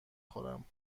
خورم